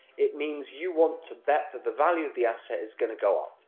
it means you want to bet that the value of the asset is going to go up,